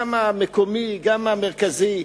גם המקומי וגם המרכזי,